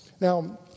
Now